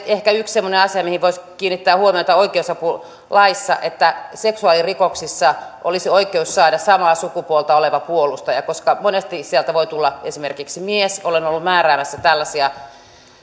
ehkä yksi semmoinen asia mihin voisi kiinnittää huomiota oikeusapulaissa että seksuaalirikoksissa olisi oikeus saada samaa sukupuolta oleva puolustaja koska monesti sieltä voi tulla esimerkiksi mies olen ollut määräämässä tällaisia